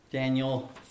Daniel